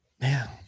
Man